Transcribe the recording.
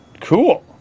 Cool